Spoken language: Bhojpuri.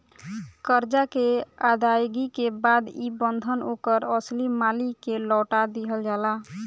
करजा के अदायगी के बाद ई बंधन ओकर असली मालिक के लौटा दिहल जाला